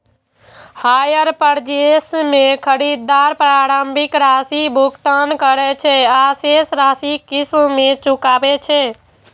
hire purchase मे खरीदार प्रारंभिक राशिक भुगतान करै छै आ शेष राशि किस्त मे चुकाबै छै